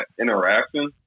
interaction